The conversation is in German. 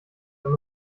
wenn